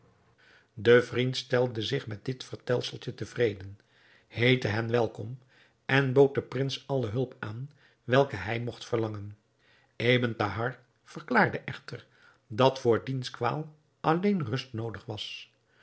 de vriend stelde zich met dit vertelseltje tevreden heette hen welkom en bood den prins alle hulp aan welke hij mogt verlangen ebn thahar verklaarde echter dat voor diens kwaal alleen rust noodig was